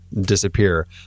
disappear